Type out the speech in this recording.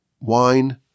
wine